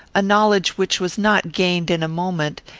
a knowledge which was not gained in a moment,